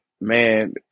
man